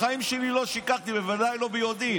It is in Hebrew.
בחיים שלי לא שיקרתי, בוודאי לא ביודעין.